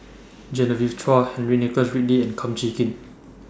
Genevieve Chua Henry Nicholas Ridley and Kum Chee Kin